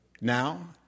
now